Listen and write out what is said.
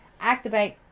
Activate